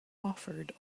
offered